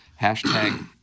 hashtag